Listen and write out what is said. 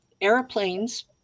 airplanes